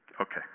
Okay